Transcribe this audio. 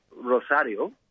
Rosario